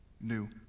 new